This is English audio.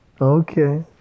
Okay